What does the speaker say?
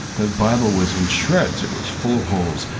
the bible was in shreds. it was full of holes,